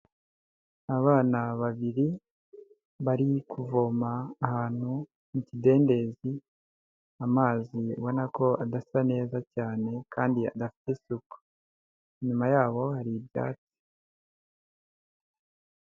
Abana babiri bari kuvoma ahantu mu kidendezi, amazi ubona ko adasa neza cyane kandi adafate isuku. Inyuma yabo hari ibyatsi.